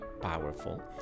powerful